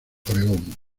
oregón